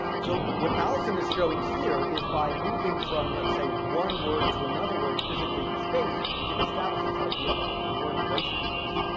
so, what allison is showing here is by moving from let's say, one word to another word physically in space, we can establish this idea of word relationships.